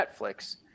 Netflix